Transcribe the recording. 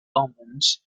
omens